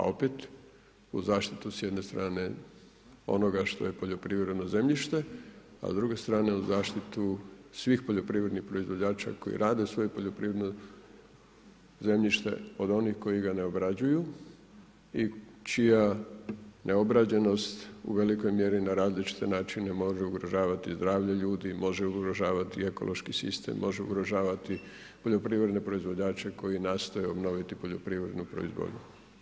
A opet u zaštitu s jedne strane onoga što je poljoprivredno zemljište, a s druge strane u zaštitu svih poljoprivrednih proizvođača koji rade svoje poljoprivredno zemljište od onih koji ga ne obrađuju i čija neobrađenost u velikoj mjeri na različite načine može ugrožavati zdravlje ljudi i može ugrožavati ekološki sistem, može ugrožavati poljoprivredne proizvođače koji nastoje obnoviti poljoprivrednu proizvodnju.